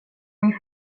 mig